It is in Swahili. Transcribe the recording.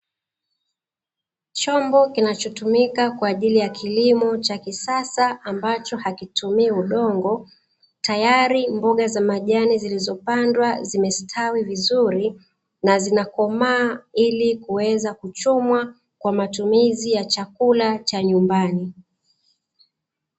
Chombo kinachotumika kwa ajili ya kilimo cha kisasa ambacho hakitumii udongo. Tayari mboga za majani zilizopandwa zimestawi vizuri na zinakomaa, ili kuweza kuchumwa kwa matumizi ya chakula cha nyumbani.